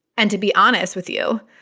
and to be honest with you,